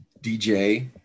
DJ